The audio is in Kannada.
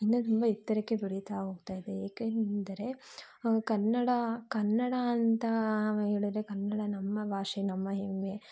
ಇನ್ನೂ ತುಂಬ ಎತ್ತರಕ್ಕೆ ಬೆಳಿತಾ ಹೋಗ್ತಾ ಇದೆ ಏಕೆಂದರೆ ಕನ್ನಡ ಕನ್ನಡ ಅಂತ ಹೇಳಿದ್ರೆ ಕನ್ನಡ ನಮ್ಮ ಭಾಷೆ ನಮ್ಮ ಹೆಮ್ಮೆ